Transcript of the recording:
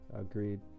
Agreed